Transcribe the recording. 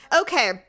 Okay